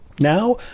Now